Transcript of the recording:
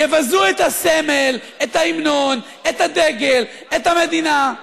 יבזו את הסמל, את ההמנון, את הדגל, את המדינה.